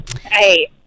hey